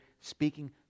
speaking